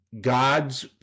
God's